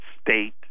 state